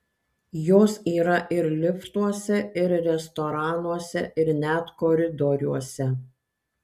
jos yra ir liftuose ir restoranuose ir net koridoriuose